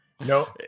No